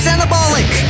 Anabolic